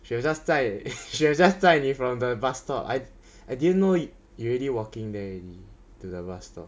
should have just 载 should have just 载你 from the bus stop I I didn't know you already walking there already to the bus stop